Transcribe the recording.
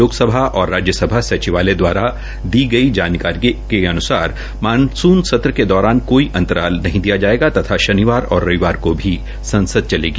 लोकसभा और राज्य सभा सचिवालय दवारा दी गई जानकारी के अनुसार मानसून सत्र के दौरान कोई अंतराल नहीं दिया जायेगा तथा शनिवार और रविवार का भी संसद चलेगी